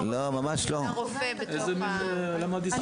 בתוספת הראשונה.